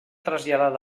traslladat